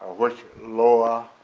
which loa,